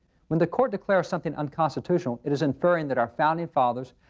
when the court declares something unconstitutional, it is inferring that our founding fathers,